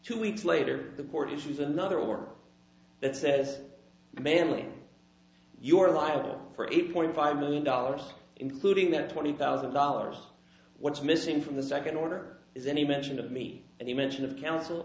two weeks later the court issued another work that says manley you are liable for eight point five million dollars including that twenty thousand dollars what's missing from the second order is any mention of me any mention of coun